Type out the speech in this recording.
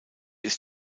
ist